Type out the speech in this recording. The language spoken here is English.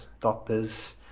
doctors